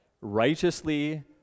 righteously